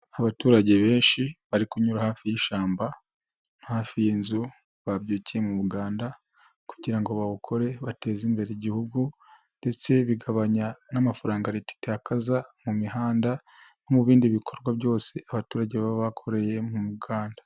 Abaturage benshi bari kunyura hafi y'ishyamba hafi y'inzu, babyukiye mu muganda kugirango ngo bawukore bateze imbere igihugu, ndetse bigabanya n'amafaranga leta itakaza mu mihanda, mu bindi bikorwa byose abaturage baba bakoreye mu muganda.